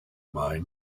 mine